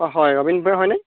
হয় বৰা হয়নে